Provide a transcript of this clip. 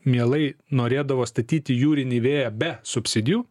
mielai norėdavo statyti jūrinį vėją be subsidijų